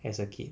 as a kid